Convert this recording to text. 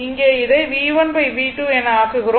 இங்கே இதை V1V2 என ஆக்குகிறோம்